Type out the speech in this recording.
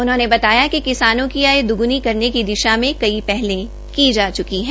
उन्होंने बताया कि किसानों की आय दुगुनी करने की दिशा में कई पहलें की जा च्की है